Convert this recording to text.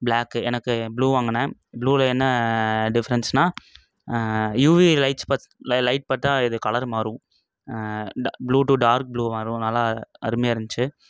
block எனக்கு blue வாங்குனன் ப்ளூவில என்ன டிஃப்ரெண்ஸ்னா யுவி லைட்ஸ் பாத் ல லைட் பட்டா இது கலரு மாறும் ட ப்ளூ டூ டார்க் ப்ளூ மாறும் நல்லா அருமையாக இருந்துச்சு